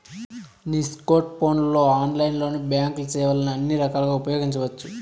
నీ స్కోర్ట్ ఫోన్లలో ఆన్లైన్లోనే బాంక్ సేవల్ని అన్ని రకాలుగా ఉపయోగించవచ్చు